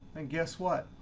and guess what?